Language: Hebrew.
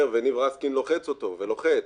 וניב רסקין לוחץ אותו ולוחץ,